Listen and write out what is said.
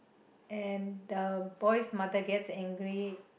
and the boy's mother gets angry